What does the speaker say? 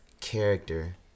character